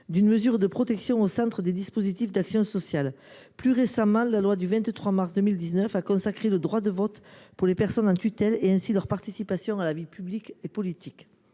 d’une mesure de protection au centre des dispositifs d’action sociale. Plus récemment, la loi du 23 mars 2019 a consacré le droit de vote pour les personnes sous tutelle et donc leur participation à la vie publique et politique.